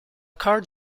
car